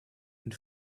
and